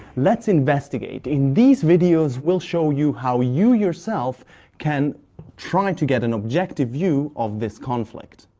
let's investigate! in these videos we'll show you how you yourself can try to get an objective view of this conflict.